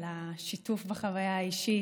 על השיתוף בחוויה האישית,